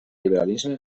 liberalisme